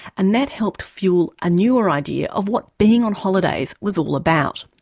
and that helped fuel a newer idea of what being on holidays was all about.